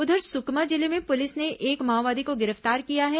उधर सुकमा जिले में पुलिस ने एक माओवादी को गिरफ्तार किया है